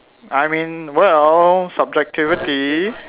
I mean well subjectivity